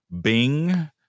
Bing